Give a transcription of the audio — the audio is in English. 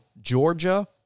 Georgia